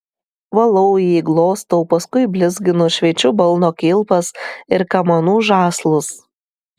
valau jį glostau paskui blizginu šveičiu balno kilpas ir kamanų žąslus